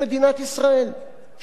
שבות עם ישראל לארצו.